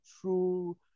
true